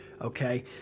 Okay